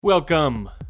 Welcome